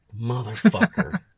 Motherfucker